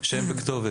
שם וכתובת.